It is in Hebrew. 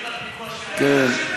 כן.